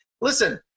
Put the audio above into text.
listen